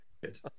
Good